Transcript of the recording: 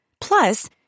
Plus